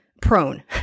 prone